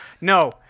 No